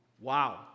wow